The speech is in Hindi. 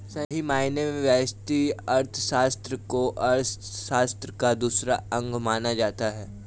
सही मायने में व्यष्टि अर्थशास्त्र को अर्थशास्त्र का दूसरा अंग माना जाता है